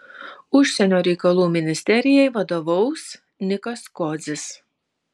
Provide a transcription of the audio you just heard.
užsienio reikalų ministerijai vadovaus nikas kodzis